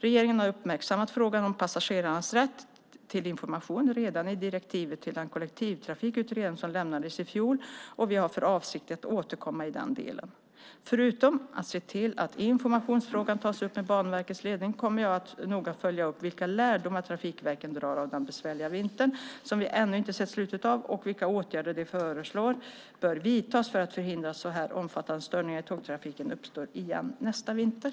Regeringen har uppmärksammat frågan om passagerares rätt till information redan i direktiven till den kollektivtrafikutredning som lämnades i fjol, och vi har för avsikt att återkomma i den delen. Förutom att se till att informationsfrågan tas upp med Banverkets ledning kommer jag att noga följa upp vilka lärdomar trafikverken drar av denna besvärliga vinter, som vi ännu inte sett slutet av, och vilka åtgärder de föreslår ska vidtas för att förhindra att så här omfattande störningar i tågtrafiken uppstår igen nästa vinter.